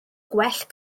gwell